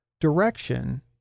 direction